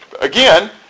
Again